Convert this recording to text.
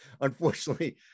unfortunately